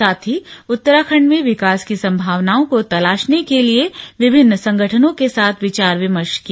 साथ ही उत्तराखंड में विकास की सम्भावनाओं को तलाशने के लिए विभिन्न संगठनों के साथ विचार विमर्श किया